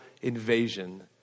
invasion